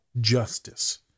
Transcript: justice